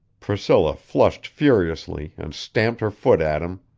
priscilla flushed furiously, and stamped her foot at him.